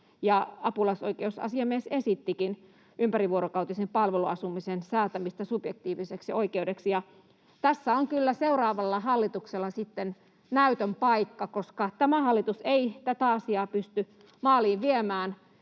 Apulaisoikeusasiamies esittikin ympärivuorokautisen palveluasumisen säätämistä subjektiiviseksi oikeudeksi. Tässä on kyllä seuraavalla hallituksella sitten näytön paikka, koska tämä hallitus ei tätä asiaa pysty maaliin viemään